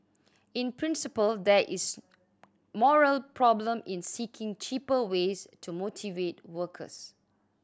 in principle there is moral problem in seeking cheaper ways to motivate workers